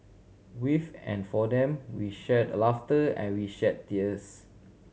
with and for them we shared laughter and we shared tears